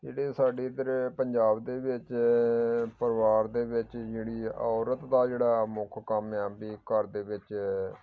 ਜਿਹੜੇ ਸਾਡੇ ਇੱਧਰ ਪੰਜਾਬ ਦੇ ਵਿੱਚ ਪਰਿਵਾਰ ਦੇ ਵਿੱਚ ਜਿਹੜੀ ਔਰਤ ਦਾ ਜਿਹੜਾ ਮੁੱਖ ਕੰਮ ਆ ਵੀ ਘਰ ਦੇ ਵਿੱਚ